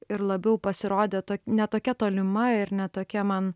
ir labiau pasirodė to ne tokia tolima ir ne tokia man